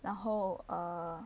然后 err